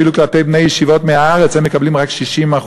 כי אפילו לעומת בני ישיבות מהארץ הם מקבלים רק 60%,